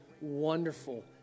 wonderful